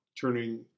turning